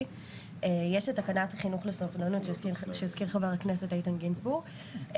יש תקנת החינוך לסובלנות שהזכיר חבר הכנסת גינזבורג.